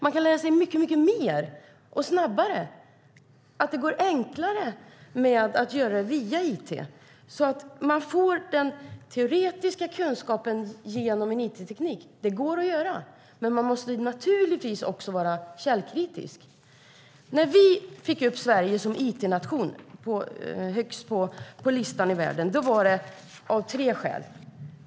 Man kan lära sig mycket mer och snabbare. Det går enklare att göra det via it. Man får den teoretiska kunskapen genom it-teknik. Det går att göra, men man måste naturligtvis också vara källkritisk. När vi fick upp Sverige högst på listan i världen som it-nation var det av tre skäl.